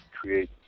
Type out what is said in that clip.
create